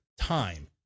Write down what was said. time